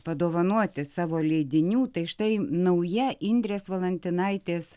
padovanoti savo leidinių tai štai nauja indrės valantinaitės